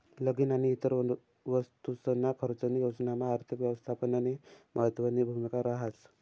लगीन आणि इतर वस्तूसना खर्चनी योजनामा आर्थिक यवस्थापननी महत्वनी भूमिका रहास